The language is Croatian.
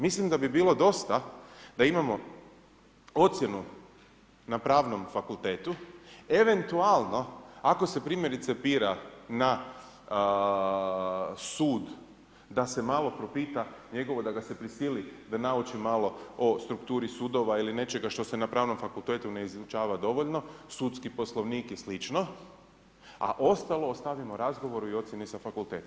Mislim da bi bilo dosta da imamo ocjenu na pravnom fakultetu, eventualno ako se primjerice bira na sud da se malo propita njegovo da ga se prisili da nauči malo o strukturi sudova ili nečega što se na pravnom fakultetu ne izučava dovoljno, sudski poslovnik i slično, a ostalo ostavimo razgovoru i ocjeni sa fakulteta.